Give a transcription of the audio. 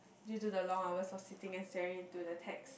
due to the long hours of sitting and staring into the text